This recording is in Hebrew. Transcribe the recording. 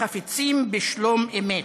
חפצים בשלום אמת.